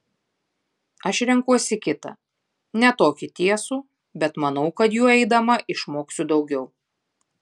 aš renkuosi kitą ne tokį tiesų bet manau kad juo eidama išmoksiu daugiau